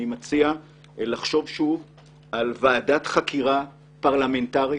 אני מציע לחשוב שוב על ועדת חקירה פרלמנטרית,